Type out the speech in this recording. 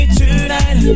tonight